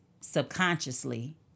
subconsciously